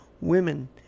women